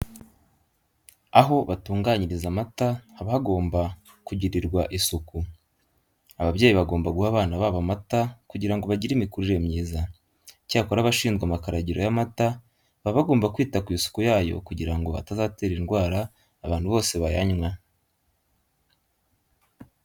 Aho batunganyiriza amata haba hagomba kugirirwa isuku. Ababyeyi bagomba guha abana babo amata kugira ngo bagire imikurire myiza. Icyakora abashinzwe amakaragiro y'amata baba bagomba kwita ku isuku yayo kugira ngo atazatera indwara abantu bose bayanywa.